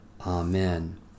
Amen